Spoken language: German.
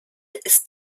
ist